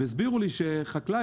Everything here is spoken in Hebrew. והסבירו לי שחקלאי